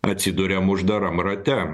atsiduriam uždaram rate